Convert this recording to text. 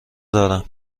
دارم